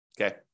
Okay